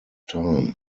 time